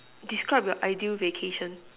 describe your ideal vacation